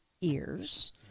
ears